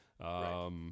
Right